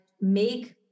make